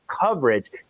coverage